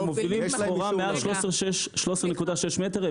הם מובילים סחורה מעל 13.6 מטר.